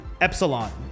Epsilon